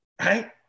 right